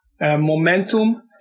momentum